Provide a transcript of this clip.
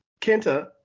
Kenta